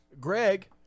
Greg